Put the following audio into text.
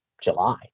July